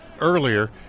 earlier